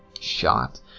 shot